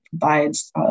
provides